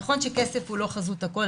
נכון שכסף הוא לא חזות הכול,